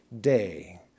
day